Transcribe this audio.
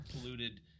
polluted